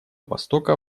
востока